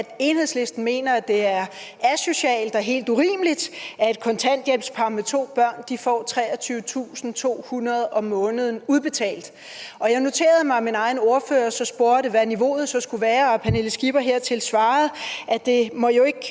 at Enhedslisten mener, at det er asocialt og helt urimeligt, at et kontanthjælpspar med to børn får udbetalt 23.200 kr. om måneden. Jeg noterede mig, at min egen ordfører spurgte, hvad niveauet så skulle være, og at fru Pernille Skipper hertil svarede, at det jo ikke